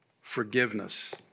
Forgiveness